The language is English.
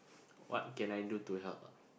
what can I do to help